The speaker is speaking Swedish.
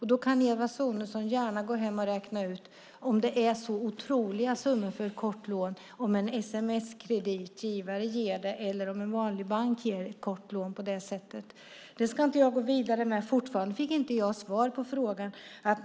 Eva Sonidsson kan gärna gå hem och räkna ut om det är så otroliga summor för ett kort lån om en sms-kreditgivare ger det eller om en vanlig bank ger ett lån på det sättet. Det ska jag inte gå vidare med. Jag fick fortfarande inte svar på frågan.